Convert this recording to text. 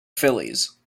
phillies